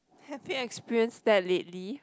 happy experience that lately